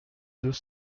deux